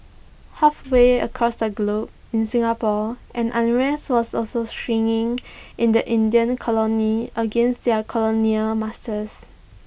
halfway across the globe in Singapore an unrest was also stirring in the Indian colony against their colonial masters